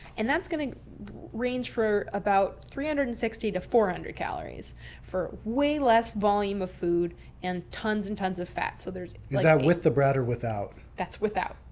and that's going to range for about three hundred and sixty to four hundred calories for way less volume of food and tons and tons of fat. so there's is that with the bread without? that's without.